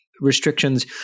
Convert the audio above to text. restrictions